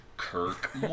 kirk